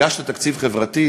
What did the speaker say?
הגשת תקציב חברתי?